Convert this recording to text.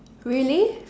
really